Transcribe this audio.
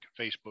Facebook